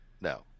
No